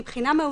מבחינה מהותית,